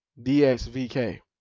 DXVK